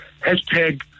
hashtag